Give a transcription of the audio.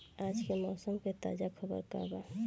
आज के मौसम के ताजा खबर का बा?